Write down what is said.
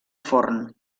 forn